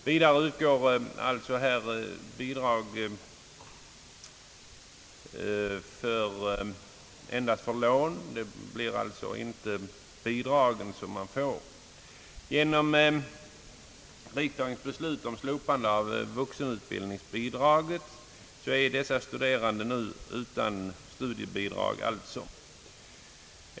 Vidare utges bidrag endast som lån; man får alltså inte bidragen direkt. Genom riksdagens beslut att slopa vuxenutbildningsbidraget får dessa studerande nu inte något studiebidrag.